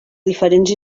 diferents